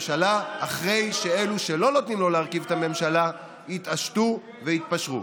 הממשלה אחרי שאלו שלא נותנים לו להרכיב את הממשלה יתעשתו ויתפשרו.